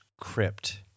Crypt